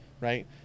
right